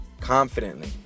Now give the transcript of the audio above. confidently